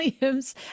Williams